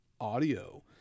audio